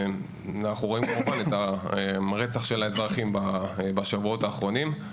אנחנו רואים את הרצח של האזרחים בשבועות האחרונים,